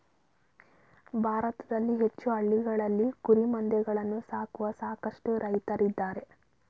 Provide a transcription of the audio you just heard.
ಭಾರತದಲ್ಲಿ ಹೆಚ್ಚು ಹಳ್ಳಿಗಳಲ್ಲಿ ಕುರಿಮಂದೆಗಳನ್ನು ಸಾಕುವ ಸಾಕಷ್ಟು ರೈತ್ರಿದ್ದಾರೆ